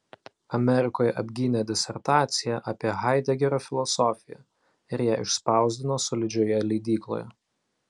amerikoje apgynė disertaciją apie haidegerio filosofiją ir ją išspausdino solidžioje leidykloje